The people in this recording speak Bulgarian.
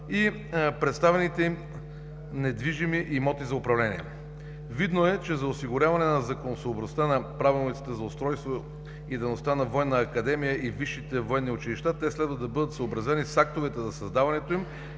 и предоставените им недвижими имоти за управление. Видно е, че за осигуряване на законосъобразността на правилниците за устройството и дейността на Военната академия и висшите военни училища, те следва да бъдат съобразени с актовете за създаването им